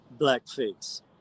blackface